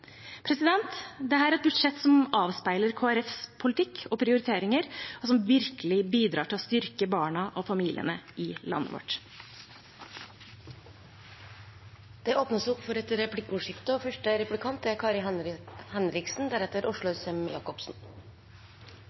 er et budsjett som avspeiler Kristelig Folkepartis politikk og prioriteringer, og som virkelig bidrar til å styrke barna og familiene i landet vårt. Det